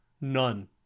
None